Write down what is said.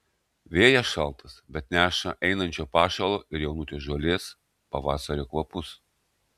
vėjas šaltas bet neša einančio pašalo ir jaunutės žolės pavasario kvapus